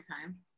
time